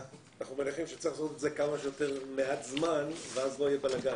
אנחנו מניחים שצריך לעשות את זה כמה שמעט זמן ואז לא יהיו בלגנים,